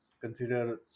consider